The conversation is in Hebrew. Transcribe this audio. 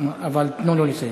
אבל תנו לו לסיים.